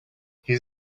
his